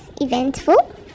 eventful